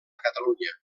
catalunya